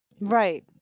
Right